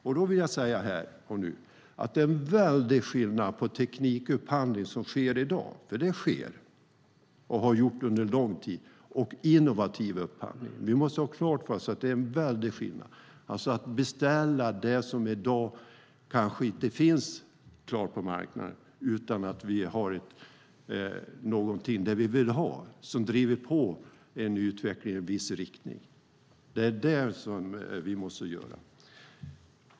Jag vill här och nu säga att det är en väldig skillnad på den teknikupphandling som sker i dag och som har skett under lång tid och innovativ upphandling. Vi måste ha klart för oss att det är en väldig skillnad. Det handlar om att beställa det som kanske inte i dag finns klart på marknaden, utan vi har någonting som vi vill ha som driver på utvecklingen i en viss riktning. Det är vad vi måste göra.